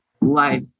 life